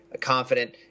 confident